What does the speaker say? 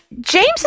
James